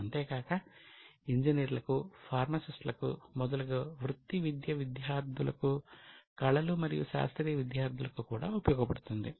అంతేకాక ఇంజనీర్లకు ఫార్మసిస్ట్ లకు మొదలగు వృత్తి విద్య విద్యార్థులకు కళలు మరియు శాస్త్రీయ విద్యార్థులకు కూడా ఉపయోగపడుతుంది